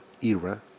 era